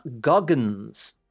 Goggins